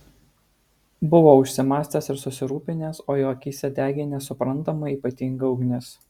buvo užsimąstęs ir susirūpinęs o jo akyse degė nesuprantama ypatinga ugnis